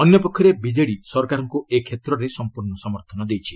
ଅନ୍ୟ ପକ୍ଷରେ ବିଜେଡ଼ି ସରକାରଙ୍କୁ ଏ କ୍ଷେତ୍ରରେ ସମ୍ପର୍ଶ୍ଣ ସମର୍ଥନ ଦେଇଛି